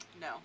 No